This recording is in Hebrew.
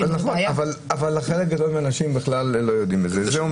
חלק גדול מהאנשים בכלל לא יודעים על זה.